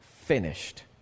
finished